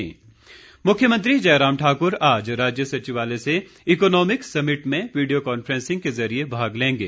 मुख्यमंत्री मुख्यमंत्री जयराम ठाक्र आज राज्य सचिवालय से इकोनोमिक समिट में वीडियो कांफ्रेसिंग के जरिये भाग लेंगे